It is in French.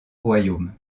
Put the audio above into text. royaume